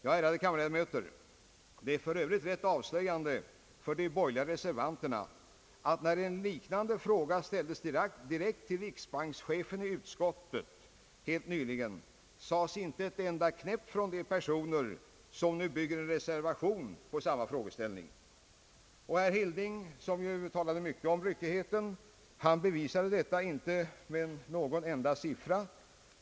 Ja, ärade kammarledamöter, det är för övrigt rätt avslöjande för de borgerliga reservanterna att det, när en liknande fråga helt nyligen ställdes i utskottet direkt till riksbankschefen, inte sades ett enda knäpp från de personer som nu bygger en reservation på samma frågeställning! Herr Hilding, som ju talade mycket om ryckigheten, bevisade inte sina påståenden med någon enda siffra.